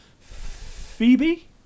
Phoebe